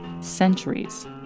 centuries